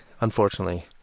unfortunately